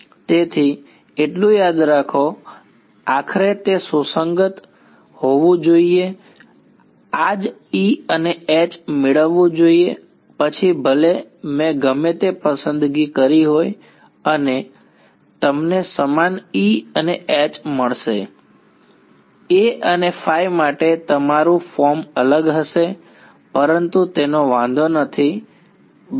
તેથી એટલું યાદ રાખો આખરે તે શું સુસંગત હોવું જોઈએ આ જ E અને H મેળવવું જોઈએ પછી ભલે મેં ગમે તે પસંદગી કરી હોય અને તમને સમાન E અને H મળશે A અને માટે તમારું ફોર્મ અલગ હશે પરંતુ તેનો વાંધો નથી બરાબર